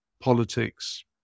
politics